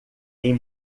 tem